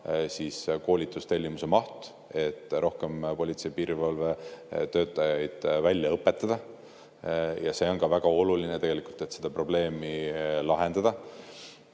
ka koolitustellimuse maht, et rohkem politsei‑ ja piirivalvetöötajaid välja õpetada. See on väga oluline, et seda probleemi lahendada.